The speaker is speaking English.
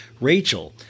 Rachel